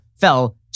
fell